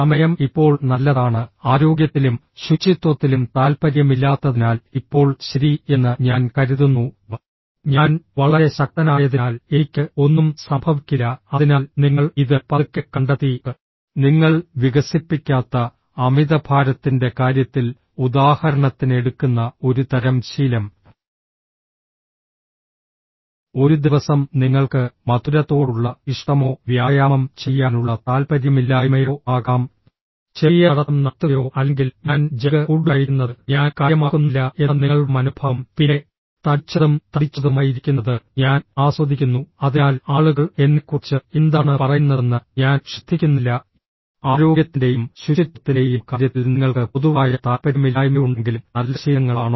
സമയം ഇപ്പോൾ നല്ലതാണ് ആരോഗ്യത്തിലും ശുചിത്വത്തിലും താൽപ്പര്യമില്ലാത്തതിനാൽ ഇപ്പോൾ ശരി എന്ന് ഞാൻ കരുതുന്നു ഞാൻ വളരെ ശക്തനായതിനാൽ എനിക്ക് ഒന്നും സംഭവിക്കില്ല അതിനാൽ നിങ്ങൾ ഇത് പതുക്കെ കണ്ടെത്തി നിങ്ങൾ വികസിപ്പിക്കാത്ത അമിതഭാരത്തിന്റെ കാര്യത്തിൽ ഉദാഹരണത്തിന് എടുക്കുന്ന ഒരു തരം ശീലം ഒരു ദിവസം നിങ്ങൾക്ക് മധുരത്തോടുള്ള ഇഷ്ടമോ വ്യായാമം ചെയ്യാനുള്ള താൽപ്പര്യമില്ലായ്മയോ ആകാം ചെറിയ നടത്തം നടത്തുകയോ അല്ലെങ്കിൽ ഞാൻ ജങ്ക് ഫുഡ് കഴിക്കുന്നത് ഞാൻ കാര്യമാക്കുന്നില്ല എന്ന നിങ്ങളുടെ മനോഭാവം പിന്നെ തടിച്ചതും തടിച്ചതുമായിരിക്കുന്നത് ഞാൻ ആസ്വദിക്കുന്നു അതിനാൽ ആളുകൾ എന്നെക്കുറിച്ച് എന്താണ് പറയുന്നതെന്ന് ഞാൻ ശ്രദ്ധിക്കുന്നില്ല ആരോഗ്യത്തിന്റെയും ശുചിത്വത്തിന്റെയും കാര്യത്തിൽ നിങ്ങൾക്ക് പൊതുവായ താൽപ്പര്യമില്ലായ്മയുണ്ടെങ്കിലും നല്ല ശീലങ്ങളാണോ